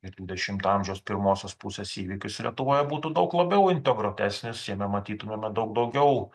ir dvidešimto amžiaus pirmosios pusės įvykius lietuvoje būtų daug labiau integruotesnis jame matytumėme daug daugiau